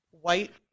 white